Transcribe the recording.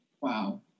Wow